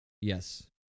Yes